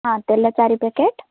ହଁ ତେଲ ଚାରି ପ୍ୟାକେଟ୍